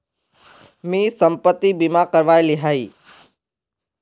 मी संपत्ति बीमा करवाए लियाही